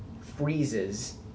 freezes